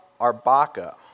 Arbaca